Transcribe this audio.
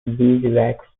beeswax